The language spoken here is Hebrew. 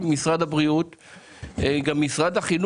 הדבר החשוב